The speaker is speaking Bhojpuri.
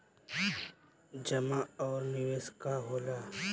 जमा और निवेश का होला?